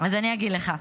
אז אני אגיד לך.